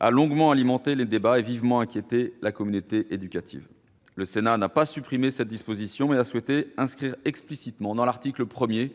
-a longuement alimenté les débats et vivement inquiété la communauté éducative. Le Sénat n'a pas supprimé cette disposition, mais a souhaité inscrire explicitement à l'article 1